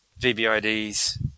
VBIDs